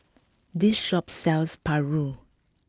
this shop sells Paru